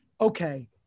okay